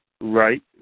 Right